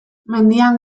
mendian